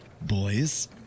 Boys